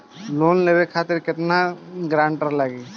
Loan लेवे खातिर केतना ग्रानटर लागी?